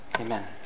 Amen